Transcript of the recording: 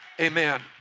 Amen